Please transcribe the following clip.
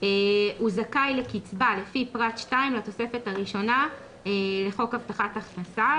הוא זכאי לקצבה לפי פרט (2) לתוספת הראשונה לחוק הבטחת הכנסה,